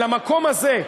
אל המקום הזה,